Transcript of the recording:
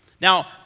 Now